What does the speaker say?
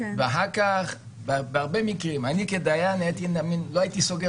אני, כדיין, לא הייתי סוגר